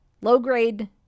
low-grade